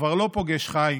וכבר לא פוגש חי